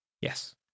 Yes